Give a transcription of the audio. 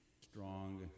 strong